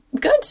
good